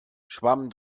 schwamm